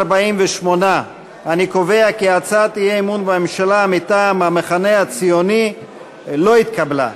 48. אני קובע כי הצעת האי-אמון בממשלה מטעם המחנה הציוני לא התקבלה.